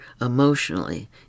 emotionally